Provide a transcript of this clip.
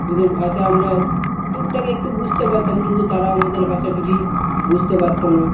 ওদের ভাষা আমরা টুকটাক একটু বুঝতে পারতাম কিন্তু তারা আমাদের ভাষা কিছুই বুঝতে পারতো না